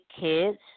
kids